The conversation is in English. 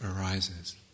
arises